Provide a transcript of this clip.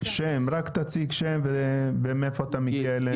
רק תציג שם ומאיפה אתה מגיע אלינו?